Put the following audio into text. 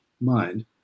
mind